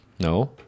no